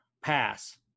Pass